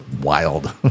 wild